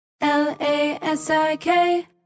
L-A-S-I-K